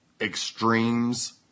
extremes